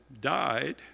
died